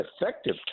effective